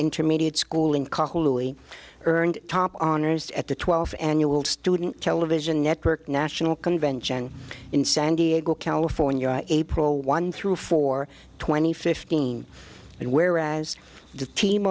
intermediate school in cali earned top honors at the twelfth annual student television network national convention in san diego california april one through four twenty fifteen and whereas the team